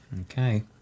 Okay